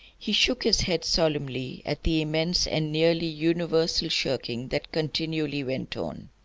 he shook his head solemnly at the immense and nearly universal shirking that continually went on.